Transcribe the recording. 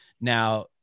now